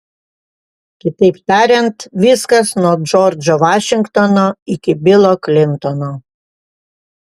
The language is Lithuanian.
kitaip tariant viskas nuo džordžo vašingtono iki bilo klintono